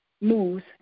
moves